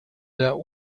der